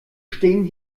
stehen